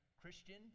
Christian